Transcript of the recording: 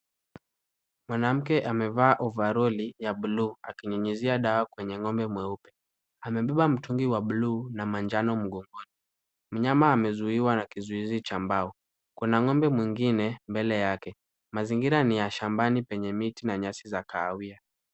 Mwanamke amevaa overall ya bluu akinyunyizia dawa kwenye ng'ombe mweupe. Amebeba mtungi wa bluu na manjano mgongoni. Mnyama amezuiwa na kizuizi cha mbao. Kuna ng'ombe mwingine mbele yake. Mazingira ni ya shambani penye miti na nyasi za kahawia.